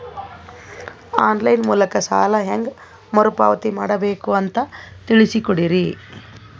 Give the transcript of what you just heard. On line ಮೂಲಕ ಸಾಲ ಹೇಂಗ ಮರುಪಾವತಿ ಮಾಡಬೇಕು ಅಂತ ತಿಳಿಸ ಕೊಡರಿ?